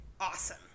awesome